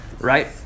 right